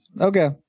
okay